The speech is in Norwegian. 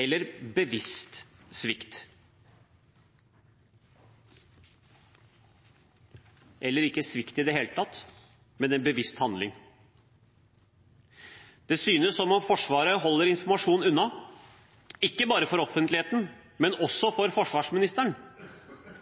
eller bevisst svikt, eller ikke svikt i det hele tatt, men en bevisst handling. Det synes som om Forsvaret holder informasjon unna – ikke bare offentligheten, men også forsvarsministeren.